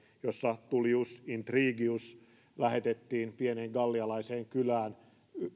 jossa tullius intrigius lähetettiin pieneen gallialaiseen kylään